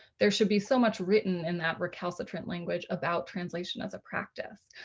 there should be so much written in that recalcitrant language about translation as a practice.